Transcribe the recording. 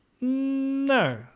No